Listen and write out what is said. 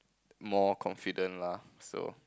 more confident lah so